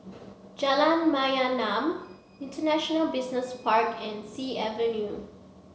Jalan Mayaanam International Business Park and Sea Avenue